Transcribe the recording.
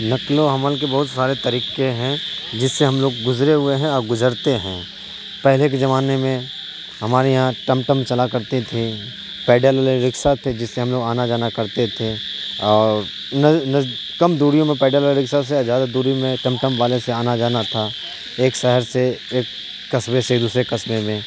نقل و حمل کے بہت سارے طریقے ہیں جس سے ہم لوگ گزرے ہوئے ہیں اور گزرتے ہیں پہلے کے زمانے میں ہمارے یہاں ٹم ٹم چلا کرتی تھی پیڈل رکشہ تھے جس سے ہم لوگ آنا جانا کرتے تھے اور کم دوریوں میں پیڈل والے رکسہ سے زیادہ دوری میں ٹم ٹم والے سے آنا جانا تھا ایک شہر سے ایک قصبے سے دوسرے قصبے میں